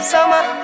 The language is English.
Summer